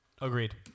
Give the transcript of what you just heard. Agreed